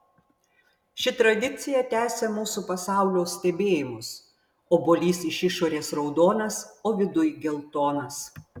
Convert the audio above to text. ši tradicija tęsia mūsų pasaulio stebėjimus obuolys iš išorės raudonas o viduj geltonas